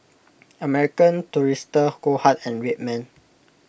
American Tourister Goldheart and Red Man